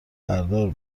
بردار